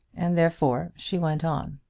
and therefore she went on.